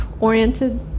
oriented